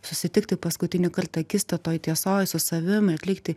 susitikti paskutinį kartą akistatoj tiesoj su savim atlikti